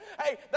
Hey